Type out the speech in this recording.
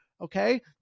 Okay